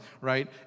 right